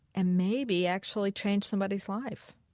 and maybe actually change somebody's life.